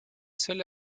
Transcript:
suele